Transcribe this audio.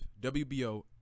WBO